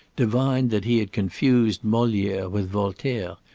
divined that he had confused moliere with voltaire,